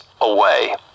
Away